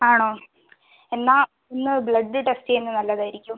ആണോ എന്നാൽ ഇന്ന് ബ്ലഡ് ടെസ്റ്റ് ചെയ്യുന്ന നല്ലതായിരിക്കും